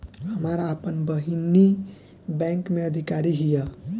हमार आपन बहिनीई बैक में अधिकारी हिअ